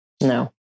No